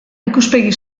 ikuspegi